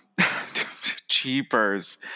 cheapers